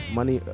Money